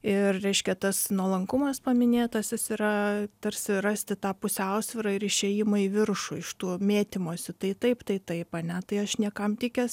ir reiškia tas nuolankumas paminėtas jis yra tarsi rasti tą pusiausvyrą ir išėjimo į viršų iš tų mėtymosi tai taip tai taip ane tai aš niekam tikęs